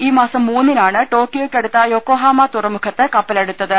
ഈ മാസം മൂന്നിനാണ് ടോക്കിയോക്കടുത്ത യൊക്കോഹാമ തുറമുഖത്ത് കപ്പലടുത്തത്